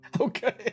Okay